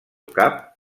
cap